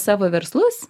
savo verslus